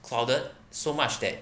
crowded so much that